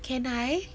can I